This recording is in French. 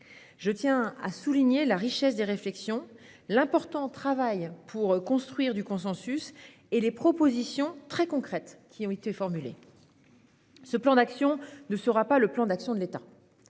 Je tiens à souligner la richesse des réflexions, l'important travail accompli pour construire du consensus et les propositions très concrètes qui ont été formulées. Ce plan d'action ne sera pas le plan d'action de l'État